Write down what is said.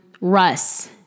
Russ